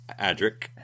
Adric